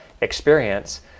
experience